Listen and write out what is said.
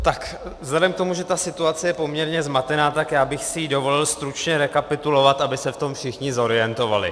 Tak vzhledem k tomu, že ta situace je poměrně zmatená, tak bych si ji dovolil stručně rekapitulovat, aby se v tom všichni zorientovali.